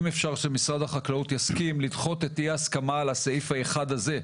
אם אפשר שמשרד החקלאות יסכים לדחות את אי ההסכמה על הסעיף האחד הזה,